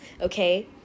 okay